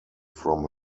from